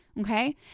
Okay